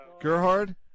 Gerhard